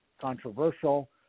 controversial